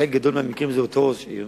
בחלק גדול מהמקרים זה אותו ראש עיר